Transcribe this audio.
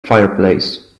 fireplace